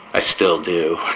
i still do.